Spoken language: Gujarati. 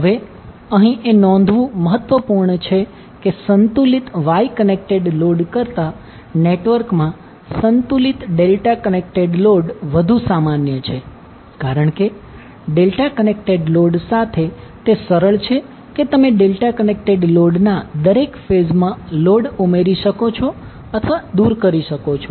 હવે અહીં એ નોંધવું મહત્વપૂર્ણ છે કે સંતુલિત Y કનેક્ટેડ લોડ કરતા નેટવર્કમાં સંતુલિત ડેલ્ટા કનેક્ટેડ લોડ વધુ સામાન્ય છે કારણ કે ડેલ્ટા કનેક્ટેડ લોડ સાથે તે સરળ છે કે તમે ડેલ્ટા કનેક્ટેડ લોડના દરેક ફેઝમાં લોડ ઉમેરી શકો છો અથવા દૂર કરી શકો છો